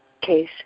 case